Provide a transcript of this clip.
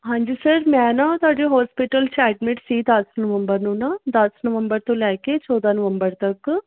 ਹਾਂਜੀ ਸਰ ਮੈਂ ਨਾ ਤੁਹਾਡੇ ਹੋਸਪਿਟਲ ਐਡਮਿਟ ਸੀ ਦਸ ਨਵੰਬਰ ਨੂੰ ਨਾ ਦਸ ਨਵੰਬਰ ਤੋਂ ਲੈ ਕੇ ਚੌਦਾਂ ਨਵੰਬਰ ਤੱਕ